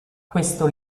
questo